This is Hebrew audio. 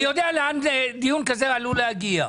אני יודע לאן דיון כזה עלול להגיע.